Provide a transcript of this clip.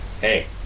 hey